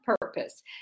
Purpose